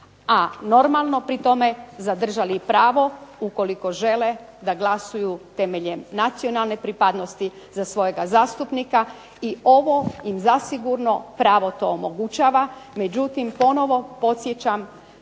a normalno pri tome zadržali i pravo ukoliko žele da glasuju temeljem nacionalne pripadnosti za svojega zastupnika i ovo im zasigurno pravo to omogućava. Međutim ponovo podsjećam,